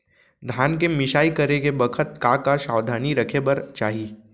धान के मिसाई करे के बखत का का सावधानी रखें बर चाही?